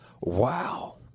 Wow